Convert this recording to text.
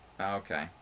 Okay